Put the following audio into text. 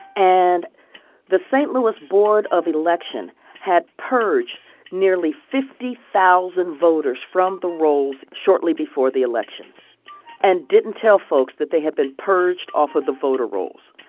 and the st. louis board of election had purged nearly fifty thousand voters from the rolls shortly before the election and didn't tell folks that they had been purged off of the voter rolls.